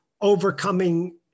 overcoming